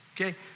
okay